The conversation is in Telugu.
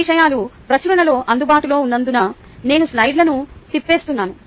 ఈ విషయాలు ప్రచురణలో అందుబాటులో ఉన్నందున నేను స్లైడ్లను తిప్పేస్తున్నాను